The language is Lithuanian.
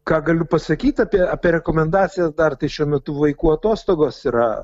ką galiu pasakyt apie apie rekomendacijas dar tai šiuo metu vaikų atostogos yra